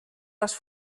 was